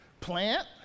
plant